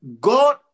God